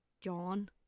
John